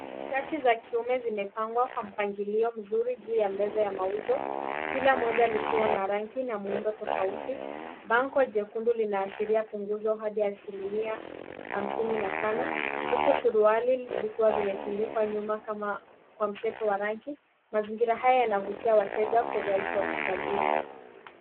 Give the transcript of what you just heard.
Shati za kiume zimepangwa kwa mpangilio mzuri juu ya bango la mauzo .Kila moja likiwa na rangi na muundo tofauti. Bango jekundu linaloashiria punguzo hadi asilimia hamsini na tano huku suruali zikiwa zimetundikwa nyuma kwa mseto wa rangi. Mazingira haya yabavutia wateja kwa urahisi wa kuchagua.